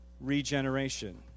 regeneration